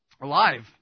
alive